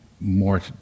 more